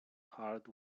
hard